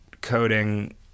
coding